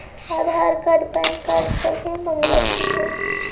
आधार card PAN card सभे मगलके हे?